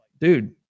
dude